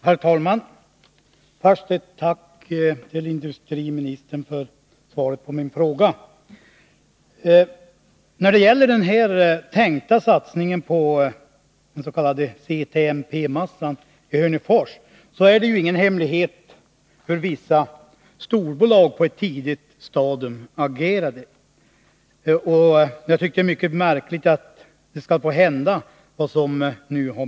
Herr talman! Först ett tack till industriministern för svaret på min fråga. När det gäller den tänkta satsningen på den s.k. CTMP-massan i Hörnefors är det ingen hemlighet hur vissa storbolag på ett tidigt stadium agerade. Jag tycker att det är mycket märkligt att det som nu har hänt skall få hända.